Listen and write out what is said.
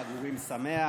חג אורים שמח,